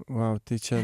vau tai čia